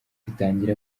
bitangira